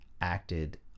acted